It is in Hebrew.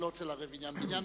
אני לא רוצה לערב עניין בעניין,